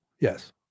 Yes